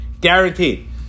Guaranteed